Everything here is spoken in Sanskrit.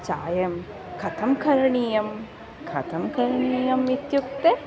चायं कथं करणीयं कथं करणीयम् इत्युक्ते